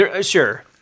Sure